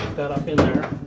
that up in there.